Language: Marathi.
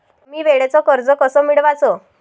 कमी वेळचं कर्ज कस मिळवाचं?